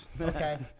Okay